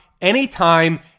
anytime